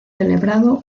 celebrado